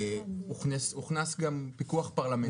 הוכנס גם פיקוח פרלמנטרי.